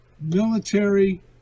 military